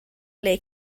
ble